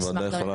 הוועדה יכולה